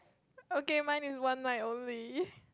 okay mine is one night only